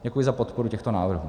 Děkuji za podporu těchto návrhů.